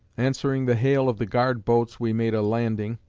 answering the hail of the guard-boats, we made a landing,